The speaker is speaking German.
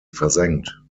versenkt